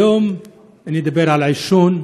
היום אני אדבר על העישון,